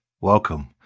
Welcome